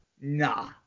Nah